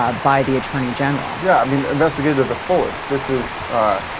um by the attorney general yeah i mean a resident of the forced this is ah.